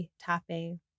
tapping